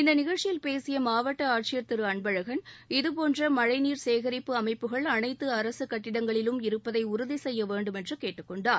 இந்த நிகழ்ச்சியில் பேசிய மாவட்ட ஆட்சியர் திரு அன்பழகன் இதபோன்ற மழை நீர் சேகிப்பு அமைப்புகள் அனைத்து அரசு கட்டடங்களிலும் இருப்பதை உறுதி செய்ய வேண்டும் என்று கேட்டுக்கொண்டார்